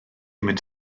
mynd